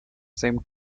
same